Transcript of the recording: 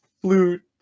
flute